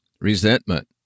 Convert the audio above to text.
resentment